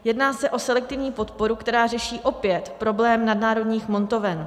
Jedná se o selektivní podporu, která řeší opět problém nadnárodních montoven.